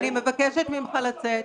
--- אני מבקשת ממך לצאת.